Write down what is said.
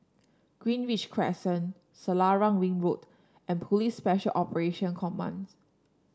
Greenridge Crescent Selarang Ring Road and Police Special Operation Commands